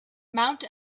mount